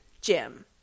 jim